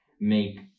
make